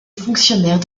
fonctionnaire